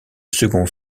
second